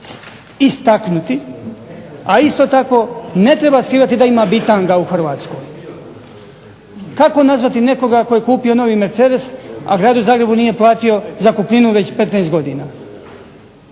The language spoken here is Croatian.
istaknuti, a isto tako ne treba skrivati da ima bitanga u Hrvatskoj. Kako nazvati nekoga tko je kupio novi mercedes, a Gradu Zagrebu nije platio zakupninu već 15 godina.